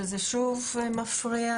שזה שוב מפריע.